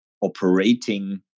operating